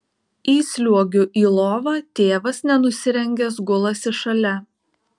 įsliuogiu į lovą tėvas nenusirengęs gulasi šalia